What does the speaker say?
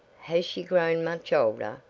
has she grown much older?